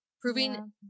proving